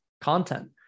content